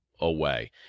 away